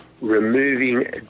removing